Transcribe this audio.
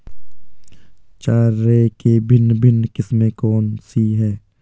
चारे की भिन्न भिन्न किस्में कौन सी हैं?